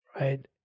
right